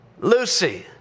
Lucy